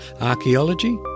archaeology